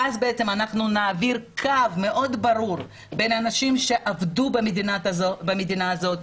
נעביר קו מאוד ברור בין אנשים שעבדו במדינה הזאת,